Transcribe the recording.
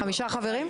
חמישה חברים?